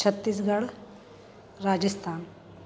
Chhattisgarh Rajasthan